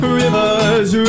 rivers